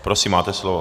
Prosím, máte slovo.